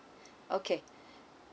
okay